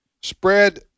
spread